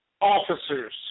Officers